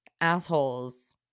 assholes